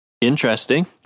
interesting